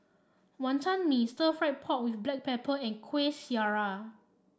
Wonton Mee Stir Fried Pork with Black Pepper and Kuih Syara